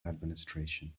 administration